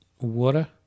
Water